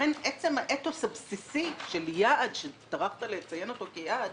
עצם האתוס הבסיסי של יעד שציינת אותו כיעד